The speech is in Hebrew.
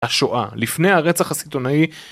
השואה לפני הרצח הסיטונאי